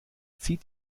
zieht